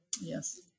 yes